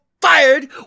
fired